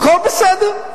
הכול בסדר.